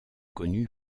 connu